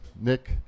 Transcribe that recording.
Nick